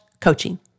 coaching